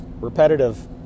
repetitive